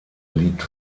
liegt